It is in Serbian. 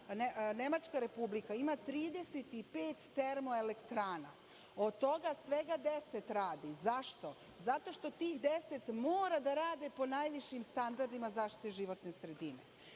Nemačka ima 35 termoelektrana, od toga svega 10 radi. Zašto? Zato što tih 10 moraju da rade po najvišim standardima zaštite životne sredine.